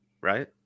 right